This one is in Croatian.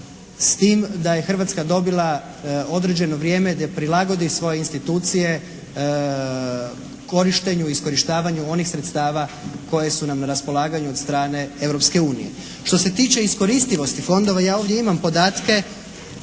s tim da je Hrvatska dobila određeno vrijeme da prilagodi svoje institucije korištenju i iskorištavanju onih sredstava koje su nam na raspolaganju od strane Europske unije. Što se tiče iskoristivosti fondova ja ovdje imam podatke